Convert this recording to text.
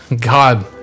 God